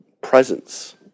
presence